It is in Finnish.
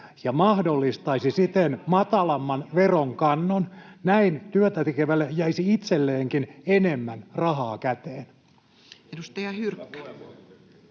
ja mahdollistaisi siten matalamman veronkannon. Näin työtä tekevälle jäisi itselleenkin enemmän rahaa käteen.